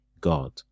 God